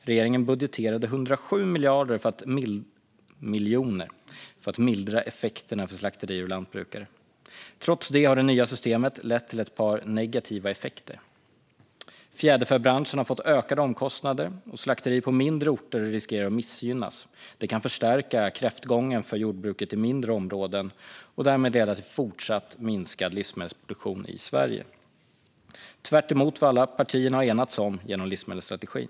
Regeringen budgeterade 107 miljoner för att mildra effekterna för slakterier och lantbrukare. Trots det har det nya systemet lett till ett par negativa effekter. Fjäderfäbranschen har fått ökade omkostnader, och slakterier på mindre orter riskerar att missgynnas. Det kan förstärka kräftgången för jordbruket i mindre områden och därmed leda till en fortsatt minskad livsmedelsproduktion i Sverige, tvärtemot vad alla partierna har enats om genom livsmedelsstrategin.